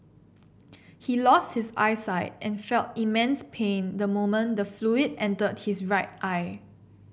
he lost his eyesight and felt immense pain the moment the fluid entered his right eye